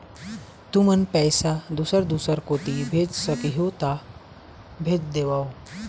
तुमन पैसा दूसर दूसर कोती भेज सखीहो ता भेज देवव?